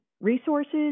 resources